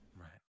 Right